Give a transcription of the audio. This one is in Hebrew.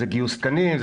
שזה גיוס תקנים,